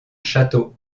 château